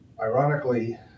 Ironically